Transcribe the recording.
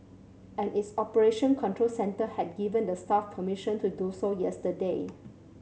and its operation control centre had given the staff permission to do so yesterday